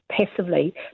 passively